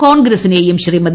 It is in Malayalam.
കോൺഗ്രസിനെയും ശ്രീമതി